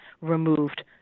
removed